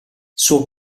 suo